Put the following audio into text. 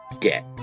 get